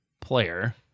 player